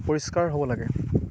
পৰিষ্কাৰ হ'ব লাগে